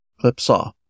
clip-saw